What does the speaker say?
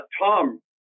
Tom